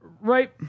right